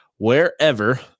wherever